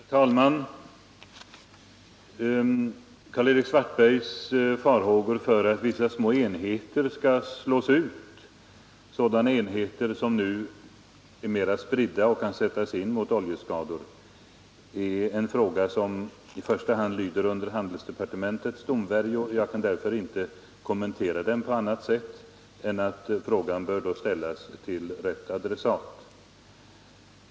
Herr talman! Karl-Erik Svartbergs farhågor för att vissa små enheter, som nu är mer spridda och kan sättas in mot oljeskador, skulle komma att slås ut gäller en fråga som i första hand lyder under handelsdepartementets domvärjo. Jag kan därför inte kommentera frågan på annat sätt än att jag säger att den bör riktas till rätt adressat.